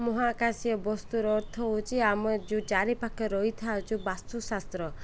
ମହାକାଶୀୟ ବସ୍ତୁର ଅର୍ଥ ହଉଛି ଆମେ ଯେଉଁ ଚାରିପାଖେ ରହିଥାଉଛୁ ବାସ୍ତୁଶାସ୍ତ୍ର